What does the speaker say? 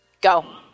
Go